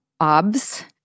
OBS